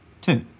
two